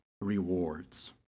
rewards